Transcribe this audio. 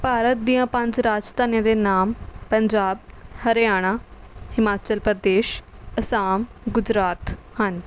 ਭਾਰਤ ਦੀਆਂ ਪੰਜ ਰਾਜਧਾਨੀਆਂ ਦੇ ਨਾਮ ਪੰਜਾਬ ਹਰਿਆਣਾ ਹਿਮਾਚਲ ਪ੍ਰਦੇਸ਼ ਅਸਾਮ ਗੁਜਰਾਤ ਹਨ